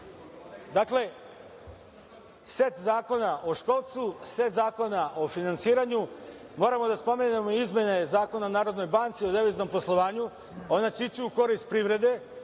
reda. Set zakona o školstvu, set zakona o finansiranju. Moramo da spomenemo izmene Zakona o Narodnoj banci, o deviznom poslovanju. Ići će u korist privrede.